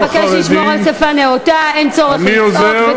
אין צורך לצעוק.